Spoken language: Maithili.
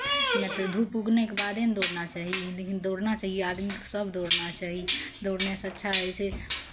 किएक तऽ धूप उगनेके बादे ने दौड़ना चाही लेकिन दौड़ना चाही आदमीकेँ सभ दौड़ना चाही दौड़नेसँ अच्छा होइ छै